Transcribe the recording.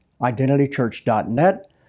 identitychurch.net